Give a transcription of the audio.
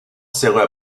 sera